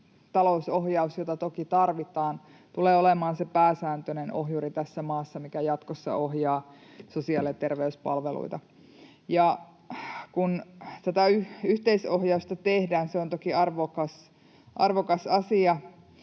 talousohjaus, jota toki tarvitaan, tulee olemaan tässä maassa se pääsääntöinen ohjuri, mikä jatkossa ohjaa sosiaali- ja terveyspalveluita. Kun tätä yhteisohjausta tehdään — se on toki arvokas asia